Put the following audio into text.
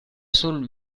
sul